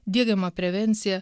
diegiama prevencija